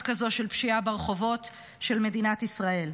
כזאת של פשיעה ברחובות במדינת ישראל.